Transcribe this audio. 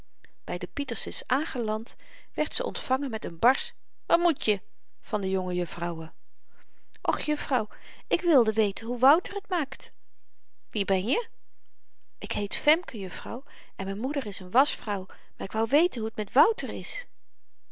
by de pietersens aangeland werd ze ontvangen met een barsch wat moet je van de jonge jufvrouwen och jufvrouw ik wilde weten hoe wouter t maakt wie ben je ik heet femke jufvrouw en m'n moeder is een waschvrouw maar ik wou weten hoe t met wouter is